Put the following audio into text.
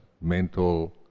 mental